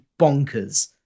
bonkers